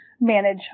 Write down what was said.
manage